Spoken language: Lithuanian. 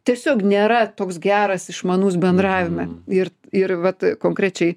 tiesiog nėra toks geras išmanus bendravime ir ir vat konkrečiai